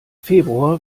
februar